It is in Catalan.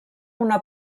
una